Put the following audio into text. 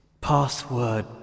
password